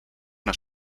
una